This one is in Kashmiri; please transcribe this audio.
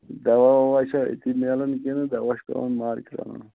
دَوا وَوا چھا أتی میلَن کِنہٕ دَوا چھُ پیٚوان مارکیٚٹ اَنُن